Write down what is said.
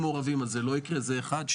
בסדר אבל